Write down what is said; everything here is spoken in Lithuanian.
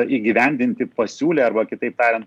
įgyvendinti pasiūlė arba kitaip tariant